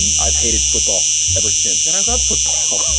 i've hated football ever since and i love football